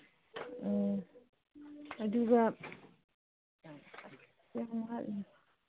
ꯑꯣ ꯑꯗꯨꯒ